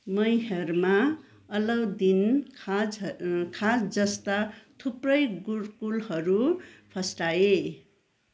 मैहरमा अलाउद्दिन खाँ झर अँ खाँजस्ता थुप्रै गुरुकुलहरू फस्टाए